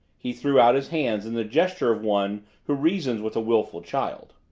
he threw out his hands in the gesture of one who reasons with a willful child,